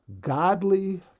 godly